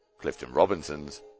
Clifton-Robinson's